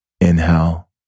Inhale